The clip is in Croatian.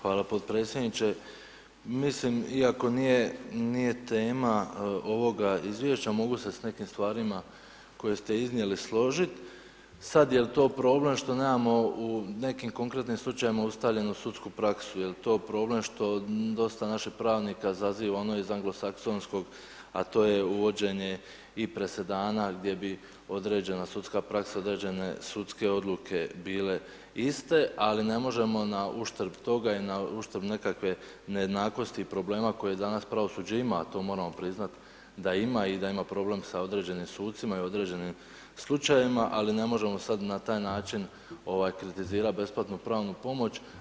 Hvala podpredsjedniče, mislim iako nije, nije tema ovoga izvješća mogu se s nekim stvarima koje ste iznijeli složit, sad jel to problem što nemamo u nekim konkretnim slučajevima ustaljenu sudsku praksu, jel to problem što dosta naših pravnika zaziva ono iz anglosaksonskog, a to je uvođenje i presedana gdje bi određena sudska praksa, određene sudske odluke bile iste, ali ne možemo na uštrb toga i na uštrb nekakve nejednakosti i problema koje danas pravosuđe ima, a to moramo priznat da ima i da ima problem s određenim sucima i određenim slučajevima, ali ne možemo sad na taj način ovaj kritizirat besplatnu pravnu pomoć.